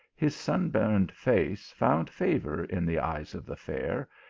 his sunburnt face found favour in the eyes of the fair,